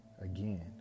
again